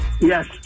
Yes